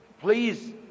please